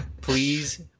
please